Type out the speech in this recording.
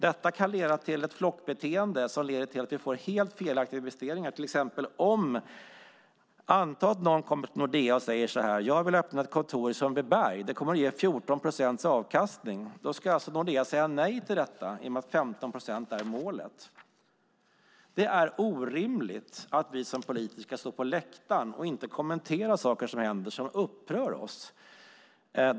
Detta kan leda till ett flockbeteende som leder till att vi får helt felaktiga investeringar. Anta att någon kommer till Nordea och säger så här: Jag vill öppna ett kontor i Sundbyberg. Det kommer att ge 14 procents avkastning. Då ska alltså Nordea säga nej till detta, i och med att 15 procent är målet. Det är orimligt att vi som politiker ska stå på läktaren och inte kommentera saker som händer som upprör oss.